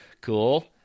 Cool